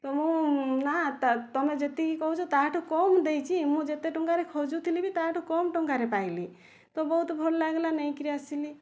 ତ ମୁଁ ନାଁ ତୁମେ ଯେତିକି କହୁଛ ତା'ଠୁ କମ ଦେଇଛି ମୁଁ ଯେତେ ଟଙ୍କାରେ ଖୋଜୁଥିଲି ବି ତା'ଠାରୁ କମ ଟଙ୍କାରେ ପାଇଲି ତ ବହୁତ ଭଲ ଲାଗିଲା ନେଇକିରି ଆସିଲି